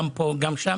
גם פה וגם שם